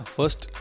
First